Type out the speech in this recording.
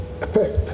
effect